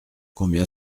combien